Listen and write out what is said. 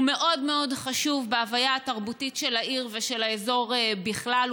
הוא מאוד מאוד חשוב בהוויה התרבותית של העיר ושל האזור בכלל.